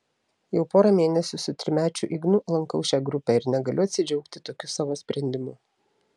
jau porą mėnesių su trimečiu ignu lankau šią grupę ir negaliu atsidžiaugti tokiu savo sprendimu